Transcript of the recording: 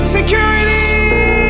Security